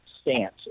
stance